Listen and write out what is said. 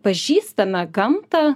pažįstame gamtą